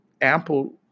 ample